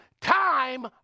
time